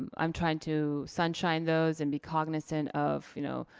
i'm trying to sunshine those and be cognizant of, you know,